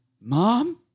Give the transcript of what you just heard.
Mom